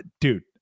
Dude